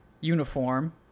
uniform